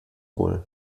wohl